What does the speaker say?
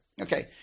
Okay